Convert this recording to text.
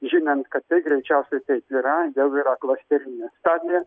žinant kad tai greičiausiai taip yra jau yra klasterinė stadija